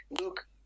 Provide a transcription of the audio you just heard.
Luke